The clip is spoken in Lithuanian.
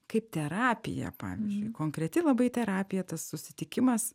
kaip terapija pavyzdžiui konkreti labai terapija tas susitikimas